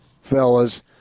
fellas